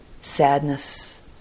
sadness